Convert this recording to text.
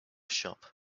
shop